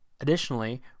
Additionally